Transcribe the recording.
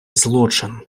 злочин